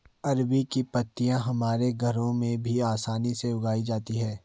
अरबी की पत्तियां हमारे घरों में भी आसानी से उगाई जाती हैं